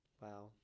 wow